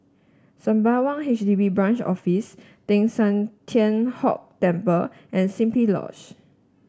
Sembawang H D B Branch Office Teng San Tian Hock Temple and Simply Lodge